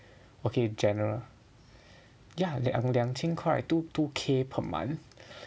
okay general ya 两千块 two K per month